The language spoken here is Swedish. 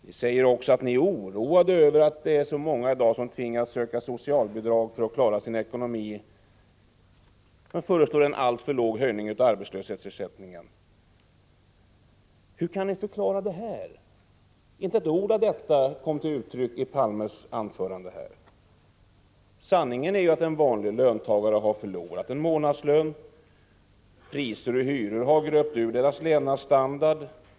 Ni säger också att ni är oroade över att så många i dag tvingas söka socialbidrag för att klara sin ekonomi, men ni föreslår en alltför låg höjning av arbetslöshetsersättningen. Hur kan ni förklara det? Inte ett ord om detta kom till uttryck i Palmes anförande. Sanningen är ju att en vanlig löntagare har förlorat en månadslön. Priser och hyror har gröpt ur deras levnadsstandard.